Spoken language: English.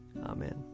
Amen